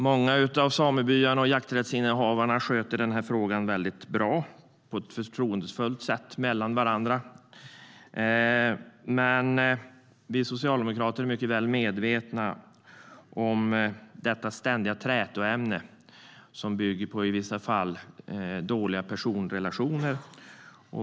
Många av samebyarna och jakträttsinnehavarna sköter den här frågan bra och på ett förtroendefullt sätt, men vi socialdemokrater är väl medvetna om att det också är ett ständigt trätoämne, som i vissa fall beror på dåliga personrelationer.